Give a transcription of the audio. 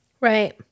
Right